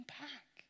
back